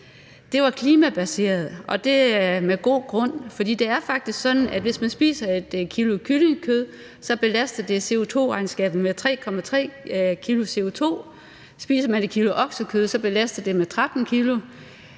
Det var klimabaseret, og det med god grund, for det er faktisk sådan, at hvis man spiser 1 kg kyllingekød, belaster det CO2-regnskabet med 3,3 kg CO2; spiser man 1 kg oksekød, belaster det med 13 kg